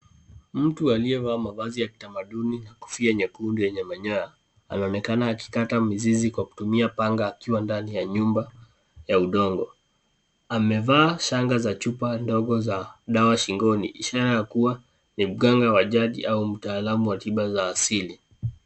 Mtu aliyevaa mavazi ya kitamaduni na kofia nyekundu yenye manyoya, anaonekana akikata mizizi kwa kutumia dawa akiwa ndani ya nyumba ya udongo. Amevaa shanga za chupa ndogo za dawa shingoni, ishara ya kuwa ni mganga wa jaji au mtaalamu wa tiba za asili.